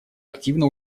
активно